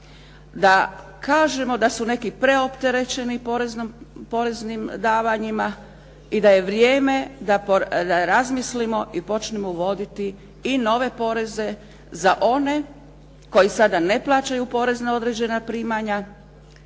da kažemo da su neki preopterećeni poreznim davanjima i da je vrijeme da razmislimo i počnemo uvoditi i nove poreze za one koji sada ne plaćaju porez na određena primanja